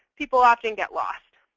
people often get lost.